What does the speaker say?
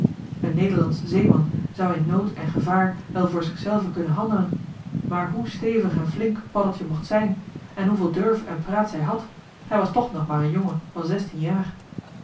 een nederlandsch zeeman zou in nood en gevaar wel voor zich zelven kunnen handelen maar hoe stevig en flink paddeltje mocht zijn en hoeveel durf en praats hij had hij was toch nog maar een jongen van zestien jaar